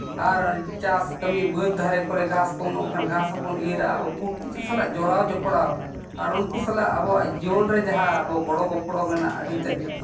ᱟᱨ ᱪᱟᱥ ᱠᱟᱹᱢᱤ ᱵᱟᱹᱫ ᱫᱷᱟᱨᱮ ᱠᱚᱨᱮᱜ ᱜᱷᱟᱥ ᱠᱚ ᱚᱢᱚᱱᱚᱜ ᱠᱷᱟᱱ ᱟᱵᱚ ᱜᱷᱟᱥ ᱠᱚ ᱦᱚᱸ ᱵᱚᱱ ᱤᱨᱟ ᱟᱵᱚ ᱯᱨᱚᱠᱤᱛᱤ ᱥᱟᱞᱟᱜ ᱡᱚᱲᱟᱣ ᱡᱚᱯᱲᱟᱣ ᱟᱨ ᱩᱱᱠᱩ ᱥᱟᱞᱟᱜ ᱟᱵᱚᱣᱟᱜ ᱡᱤᱭᱚᱱ ᱨᱮ ᱡᱟᱦᱟᱸ ᱟᱵᱚ ᱜᱚᱲᱚ ᱜᱚᱯᱚᱲᱚ ᱢᱮᱱᱟᱜᱼᱟ ᱟᱹᱰᱤ ᱛᱮᱫ